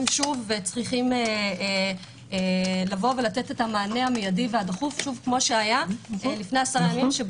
שוב וצריכים לתת את המענה המיידי והדחוף כפי שהיה לפני עשרה ימים.